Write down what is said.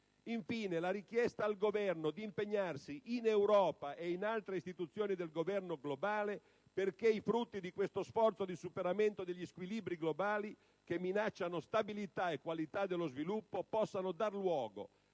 Infine, la richiesta al Governo di impegnarsi in Europa ed in altre istituzioni del governo globale perché i frutti di questo sforzo di superamento degli squilibri globali, che minacciano stabilità e qualità dello sviluppo, possano dar luogo